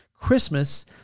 Christmas